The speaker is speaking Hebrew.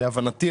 להבנתי,